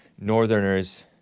northerners